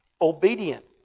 obedient